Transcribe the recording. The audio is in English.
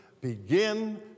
begin